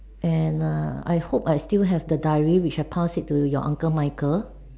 and err I hope I still have the diary which I pass it to your uncle Michael